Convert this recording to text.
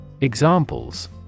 Examples